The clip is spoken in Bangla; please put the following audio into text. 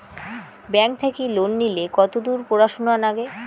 ব্যাংক থাকি লোন নিলে কতদূর পড়াশুনা নাগে?